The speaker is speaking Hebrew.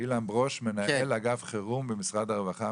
אילן ברוש, מנהל אגף חירום במשרד הרווחה.